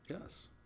yes